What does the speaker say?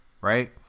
Right